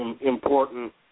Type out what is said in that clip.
important